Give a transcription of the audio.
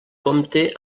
compte